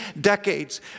decades